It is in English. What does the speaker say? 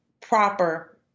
proper